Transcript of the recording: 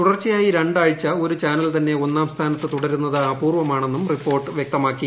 തുടർച്ചയായി രണ്ട് ആഴ്ച ഒരു ചാനൽ തന്നെ ഒന്നാം സ്ഥാനത്ത് തുടരുന്നത് അപൂർവമാണെന്നും റിപ്പോർട്ട് വ്യക്തമാക്കി